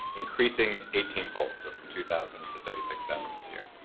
increasing eighteen fold, so from two thousand to thirty six thousand a year.